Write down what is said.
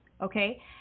okay